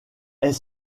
est